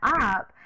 up